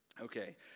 Okay